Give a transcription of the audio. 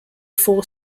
four